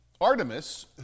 Artemis